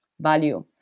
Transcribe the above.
value